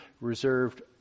reserved